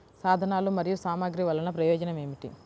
సాధనాలు మరియు సామగ్రి వల్లన ప్రయోజనం ఏమిటీ?